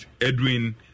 Edwin